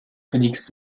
félix